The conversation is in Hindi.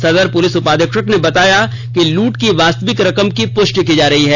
सदर पुलिस उपाधीक्षक ने बताया कि लूट की यास्तविक रकम की पुष्टि की जा रही है